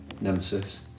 nemesis